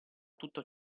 tutto